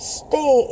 stay